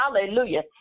hallelujah